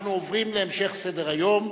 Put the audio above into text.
אנחנו עוברים להמשך סדר-היום.